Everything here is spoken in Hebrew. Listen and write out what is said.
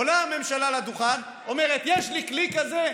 עולה הממשלה לדוכן אומרת: יש לי כלי כזה,